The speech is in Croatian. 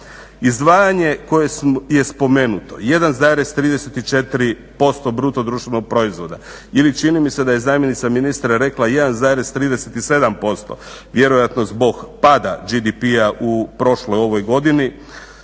Izdvajanje koje je spomenuto, 1,34% BDP-a ili čini mi se da je zamjenica ministra rekla 1,37%, vjerojatno zbog pada GDP-a u prošloj i ovoj godini.